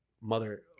Mother